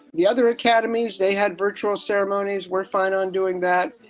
the other academies they had virtual ceremonies were fine on doing that.